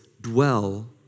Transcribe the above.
dwell